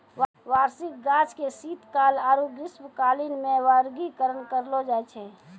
वार्षिक गाछ के शीतकाल आरु ग्रीष्मकालीन मे वर्गीकरण करलो जाय छै